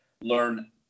learn